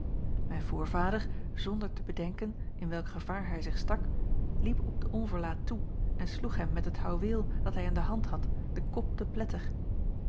ijn voorvader zonder te bedenken in welk gevaar hij zich stak liep op den onverlaat toe en sloeg hem met het houweel dat hij in de hand had den kop te pletter